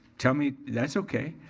tell me, that's okay.